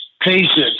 patience